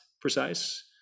precise